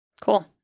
Cool